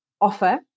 offer